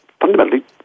fundamentally